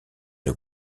une